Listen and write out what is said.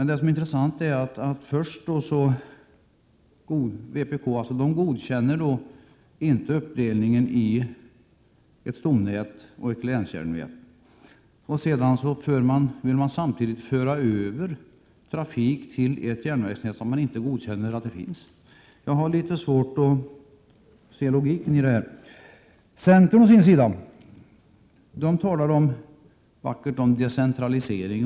Det intressanta är att vpk först inte godkänner uppdelningen i ett stomnät och ett länsjärnvägsnät. Samtidigt vill man föra över trafik till ett järnvägsnät som man inte godkänner. Jag har litet svårt att se logiken i det hela. Centern å sin sida talar vackert om decentralisering.